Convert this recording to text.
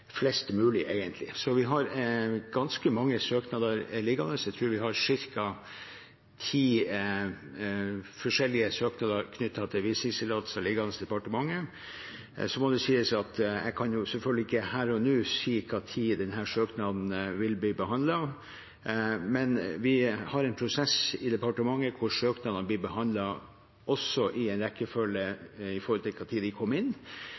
flest mulig, så vi har ganske mange søknader liggende – jeg tror vi har ca. ti forskjellige søknader knyttet til visningstillatelser liggende i departementet. Jeg kan selvfølgelig ikke her og nå si når denne søknaden vil bli behandlet, men vi har en prosess i departementet hvor søknadene blir behandlet i rekkefølge etter når de kom inn,